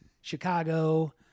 Chicago